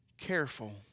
careful